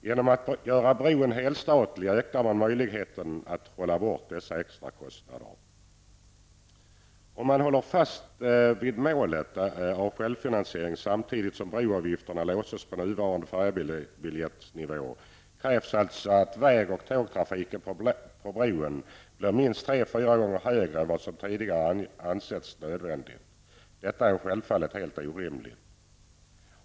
Genom att göra bron helstatlig ökar man möjligheterna att trolla bort dessa extrakostnader. Om man håller fast vid målet självfinansiering samtidigt som broavgifter låses på nuvarande färjebiljettsnivå krävs alltså att väg och tågtrafiken på bron blir minst tre fyra gånger högre än vad som tidigare ansetts nödvändigt. Detta är självfallet helt orimligt.